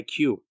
IQ